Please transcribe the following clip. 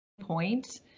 point